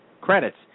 credits